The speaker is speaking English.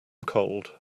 cold